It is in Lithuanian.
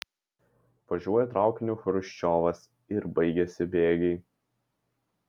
važiuoja traukiniu chruščiovas ir baigiasi bėgiai